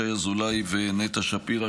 שי אזולאי ונטע שפירא,